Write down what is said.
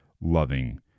loving